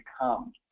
come